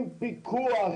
עם פיקוח,